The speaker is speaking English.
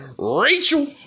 Rachel